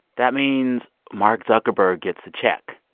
that means mark zuckerberg gets a check.